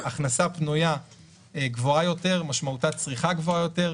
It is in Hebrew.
הכנסה פנויה גבוהה יותר משמעותה צריכה גבוהה יותר,